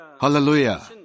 Hallelujah